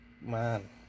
man